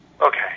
Okay